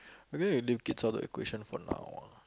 maybe we leave kids out of the equation for now ah